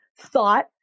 thought